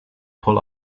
pull